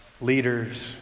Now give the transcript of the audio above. leaders